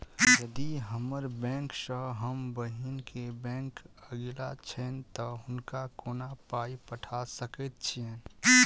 यदि हम्मर बैंक सँ हम बहिन केँ बैंक अगिला छैन तऽ हुनका कोना पाई पठा सकैत छीयैन?